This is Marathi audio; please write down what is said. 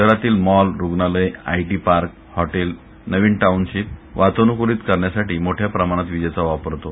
शहरातील मॉल रुग्णालयं आयटी पार्क हॉटेल नवीन टाऊनशिप वातानुकूलित करण्यासाठी मोठ्या प्रमाणात विजेचा वापर होतो